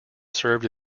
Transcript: served